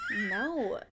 No